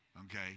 Okay